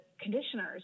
conditioners